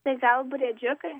tai gal briedžiukai